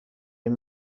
این